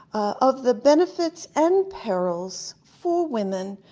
of the benefits and perils, for women,